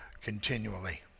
continually